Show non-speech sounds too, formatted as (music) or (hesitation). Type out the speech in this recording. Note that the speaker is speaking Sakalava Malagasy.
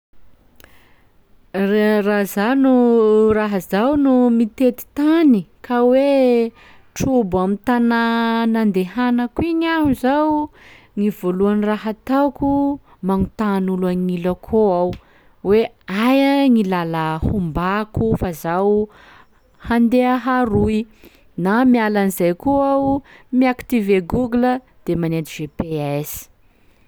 R- raha zaho no (hesitation) raha zaho no mitety tany ka hoe trobo amy tanà nandehanako igny aho zao, gny voalaohany raha ataoko magnotany olo agnilako eo aho hoe: aia gny lalà hombako fa zaho handeha aroy, na miala an'izay koa aho mi-activer google de manenty GPS.